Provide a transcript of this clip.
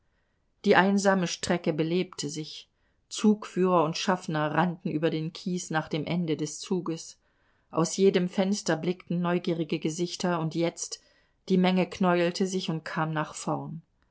die einsame strecke belebte sich zugführer und schaffner rannten über den kies nach dem ende des zuges aus jedem fenster blickten neugierige gesichter und jetzt die menge knäulte sich und kam nach vorn